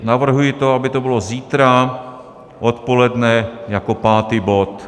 Navrhuji, aby to bylo zítra odpoledne jako pátý bod.